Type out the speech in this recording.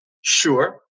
Sure